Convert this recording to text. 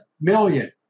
million